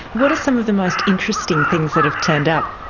what are some of the most interesting things that have turned up?